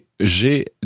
j'ai